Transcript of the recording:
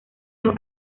los